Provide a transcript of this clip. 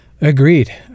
Agreed